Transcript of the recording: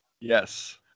Yes